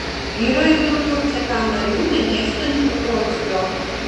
yra ir daugiau ck narių nemėgstančių trockio